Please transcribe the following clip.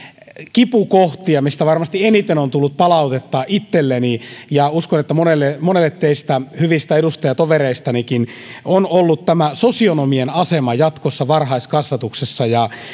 kipukohtia mistä varmasti eniten on tullut palautetta itselleni ja uskon että monelle monelle teistä hyvistä edustajatovereistanikin on ollut tämä sosionomien asema jatkossa varhaiskasvatuksessa ja